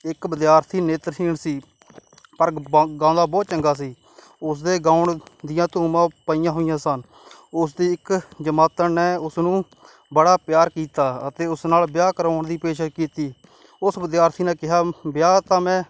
ਇੱਕ ਵਿਦਿਆਰਥੀ ਨੇਤਰਹੀਣ ਸੀ ਪਰ ਬ ਗਾਉਂਦਾ ਬਹੁਤ ਚੰਗਾ ਸੀ ਉਸ ਦੇ ਗਾਉਣ ਦੀਆਂ ਧੂਮਾਂ ਪਈਆਂ ਹੋਈਆਂ ਸਨ ਉਸਦੀ ਇੱਕ ਜਮਾਤਣ ਨੇ ਉਸ ਨੂੰ ਬੜਾ ਪਿਆਰ ਕੀਤਾ ਅਤੇ ਉਸ ਨਾਲ ਵਿਆਹ ਕਰਵਾਉਣ ਦੀ ਪੇਸ਼ਕਸ਼ ਕੀਤੀ ਉਸ ਵਿਦਿਆਰਥੀ ਨੇ ਕਿਹਾ ਵਿਆਹ ਤਾਂ ਮੈਂ